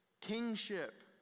Kingship